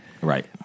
Right